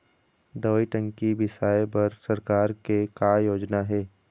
दवई टंकी बिसाए बर सरकार के का योजना हे?